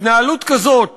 התנהלות כזאת